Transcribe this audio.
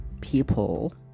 people